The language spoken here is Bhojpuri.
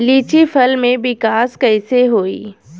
लीची फल में विकास कइसे होई?